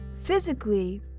physically